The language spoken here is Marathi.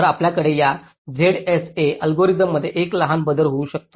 तर आपल्याकडे या ZSA अल्गोरिदममध्ये एक लहान बदल होऊ शकतात